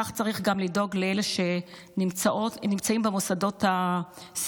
כך צריך גם לדאוג לאלה שנמצאות ונמצאים במוסדות הסיעודיים.